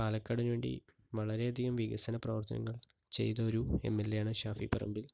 പാലക്കാടിനുവേണ്ടി വളരെയധികം വികസന പ്രവർത്തനങ്ങൾ ചെയ്ത ഒരു എം എൽ എയാണ് ഷാഫി പറമ്പിൽ